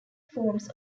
forms